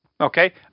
Okay